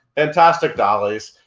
fantastic dolly's.